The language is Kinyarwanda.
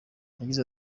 yagize